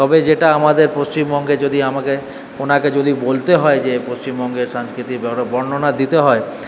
তবে যেটা আমাদের পশ্চিমবঙ্গে যদি আমাকে ওনাকে যদি বলতে হয় যে পশ্চিমবঙ্গের সংস্কৃতির ব্যাপারে বর্ণনা দিতে হয়